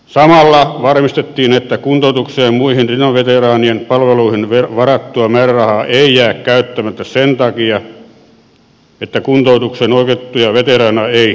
samalla varmistettiin että kuntoutukseen ja muihin rintamaveteraanien palveluihin varattua määrärahaa ei jää käyttämättä sen takia että kuntoutukseen oikeutettuja veteraaneja ei tavoiteta